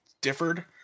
differed